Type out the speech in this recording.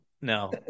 no